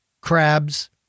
crabs